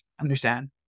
understand